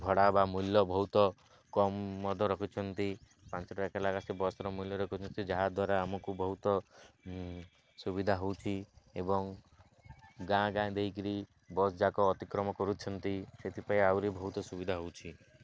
ଭଡ଼ା ବା ମୂଲ୍ୟ ବହୁତ କମ ମଧ୍ୟ ରଖୁଛନ୍ତି ଆସି ବସର ମୂଲ୍ୟ ରଖୁଛନ୍ତି ଯାହାଦ୍ୱାରା ଆମକୁ ବହୁତ ସୁବିଧା ହଉଛି ଏବଂ ଗାଁ ଗାଁ ଦେଇକିରି ବସ୍ ଯାକ ଅତିକ୍ରମ କରୁଛନ୍ତି ସେଥିପାଇଁ ଆହୁରି ବହୁତ ସୁବିଧା ହେଉଛି